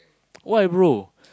why brother